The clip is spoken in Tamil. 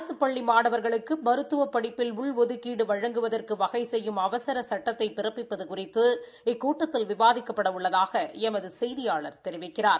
அரசு பள்ளி மாணவர்களுக்கு மருத்துவ படிப்பில் உள்ஒதுக்கீடு வழங்குவதற்கு வகை செய்யும் அவர சுட்டத்தை பிறப்பிப்பது குறித்து இக்கூட்டத்தில் விவாதிக்கப்பட உள்ளதாக எமது செய்தியாளா் தெரிவிக்கிறார்